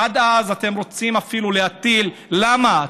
עד אז אתם רוצים אפילו להטיל, למה?